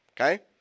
Okay